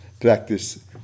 practice